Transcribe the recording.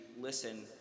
listen